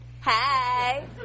Hi